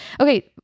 Okay